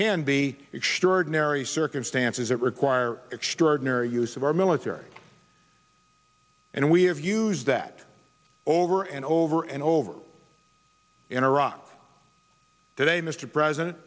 can be extraordinary circumstances that require extraordinary use of our military and we have used that over and over and over in iraq today mr president